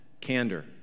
candor